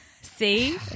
See